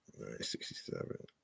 967